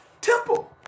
temple